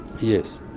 Yes